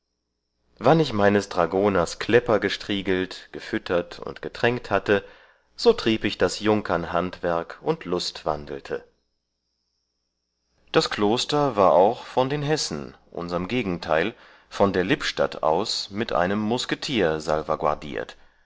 wann ich meines dragoners klepper gestriegelt gefüttert und getränkt hatte so trieb ich das junkernhandwerk und lustwandelte das kloster war auch von den hessen unserm gegenteil von der lippstadt aus mit einem musketier